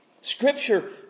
Scripture